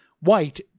white